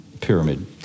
pyramid